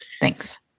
Thanks